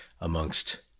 amongst